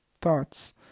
thoughts